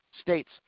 states